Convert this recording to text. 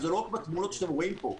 זה לא רק בתמונות שאתם רואים פה.